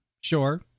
sure